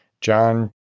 John